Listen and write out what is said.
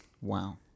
Wow